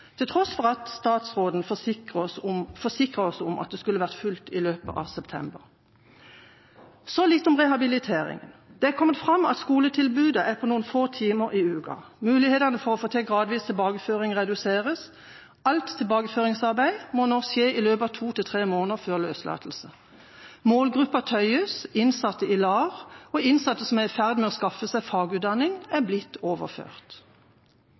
til tross for at statsråden forsikrer oss om at det skulle vært fullt i løpet av september. Så litt om rehabilitering: Det er kommet fram at skoletilbudet er på noen få timer i uka. Mulighetene til gradvis tilbakeføring reduseres. Alt tilbakeføringsarbeid må nå skje i løpet av to til tre måneder før løslatelse. Målgruppa tøyes. Innsatte som deltar i LAR-program, og innsatte som er i ferd med å skaffe seg fagutdanning, er blitt overført.